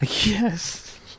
Yes